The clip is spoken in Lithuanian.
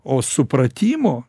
o supratimo